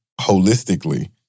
holistically